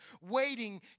Waiting